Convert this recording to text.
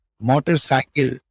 motorcycle